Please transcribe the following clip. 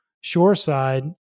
shoreside